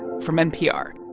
from npr